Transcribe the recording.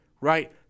right